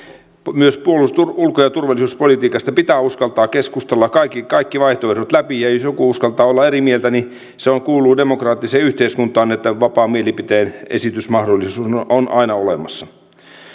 myös ulko ja turvallisuuspolitiikasta pitää uskaltaa keskustella kaikki kaikki vaihtoehdot läpi ja jos joku uskaltaa olla eri mieltä niin se kuuluu demokraattiseen yhteiskuntaan että vapaa mielipiteen esitysmahdollisuus on aina olemassa